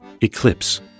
Eclipse